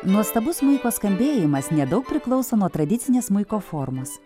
nuostabus smuiko skambėjimas nedaug priklauso nuo tradicinės smuiko formos